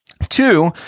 Two